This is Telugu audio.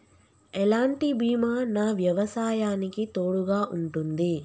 ఎలాంటి బీమా నా వ్యవసాయానికి తోడుగా ఉంటుంది?